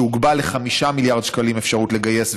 שהוגבל ל-5 מיליארד שקלים באפשרות לגייס,